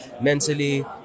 Mentally